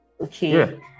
Okay